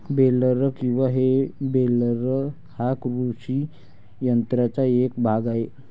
baler किंवा हे baler हा कृषी यंत्राचा एक भाग आहे